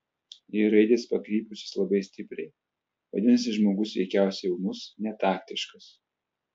jei raidės pakrypusios labai stipriai vadinasi žmogus veikiausiai ūmus netaktiškas